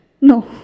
No